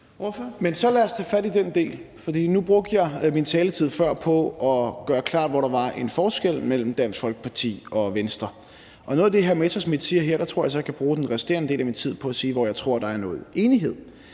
(V): Så lad os tage fat i den del. Nu brugte jeg min taletid før på at gøre klart, hvor der var en forskel mellem Dansk Folkeparti og Venstre. Hvad angår noget af det, hr. Morten Messerschmidt siger her, tror jeg så, at jeg kan bruge den resterende del af min tid på at sige, hvor jeg tror, at der er noget enighed,